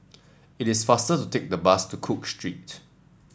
it is faster to take the bus to Cook Street